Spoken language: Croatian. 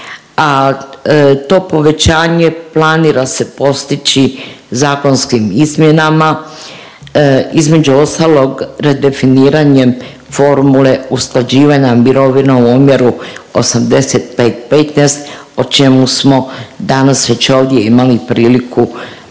a to povećanje planira se postići zakonskim izmjenama, između ostalog, redefiniranjem formule usklađivanja mirovina u omjeru 85:15, o čemu smo danas već ovdje imali i priliku